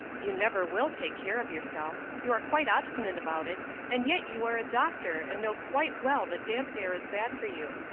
you never will take care of yourself you are quite obstinate about it, and yet you are a doctor, and know quite well that damp air is bad for you.